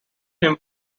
him